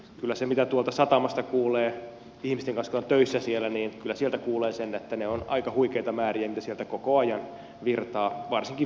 kyllä se mitä tuolta satamasta kuulee ihmisiltä jotka ovat töissä siellä on että ne ovat aika huikeita määriä mitä sieltä koko ajan virtaa varsinkin virosta suomeen